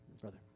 Brother